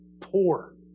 Poor